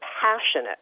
passionate